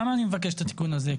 למה אני מבקש את התיקון הזה?